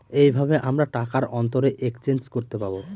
এইভাবে আমরা টাকার অন্তরে এক্সচেঞ্জ করতে পাবো